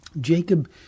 Jacob